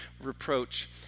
reproach